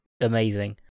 amazing